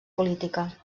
política